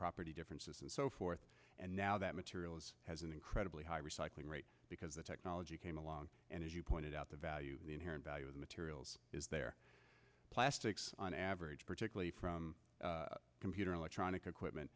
property differences and so forth and now that materials has an incredibly high recycling rate because the technology came along and as you pointed out the value the inherent value of materials is there plastics on average particularly from computer electronic equipment